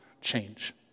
change